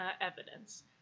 evidence